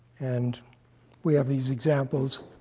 and we have these examples.